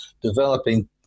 developing